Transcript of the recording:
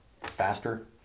faster